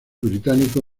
británico